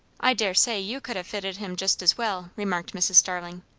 i daresay you could have fitted him just as well, remarked mrs. starling.